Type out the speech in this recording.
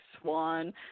Swan